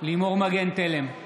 לימור מגן תלם,